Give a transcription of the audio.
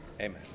Amen